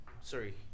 sorry